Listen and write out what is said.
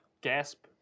gasp